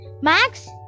Max